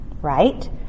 right